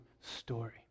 story